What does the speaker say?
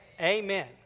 Amen